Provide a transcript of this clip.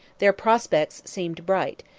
their prospects seemed bright,